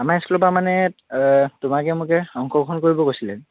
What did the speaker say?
আমাৰ স্কুলৰ পৰা মানে তোমাকে মোকে অংশগ্ৰহণ কৰিব কৈছিলে